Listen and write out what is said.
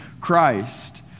Christ